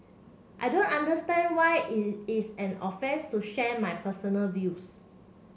I don't understand why is is an offence to share my personal views